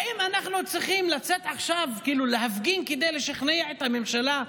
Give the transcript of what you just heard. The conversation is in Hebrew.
האם אנחנו צריכים לצאת עכשיו להפגין כדי לשכנע את הממשלה?